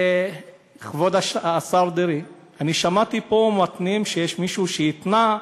כבוד השר דרעי, אני שמעתי פה שיש מישהו שהתנה: